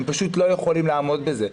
הם פשוט לא יכולים לעמוד בזה,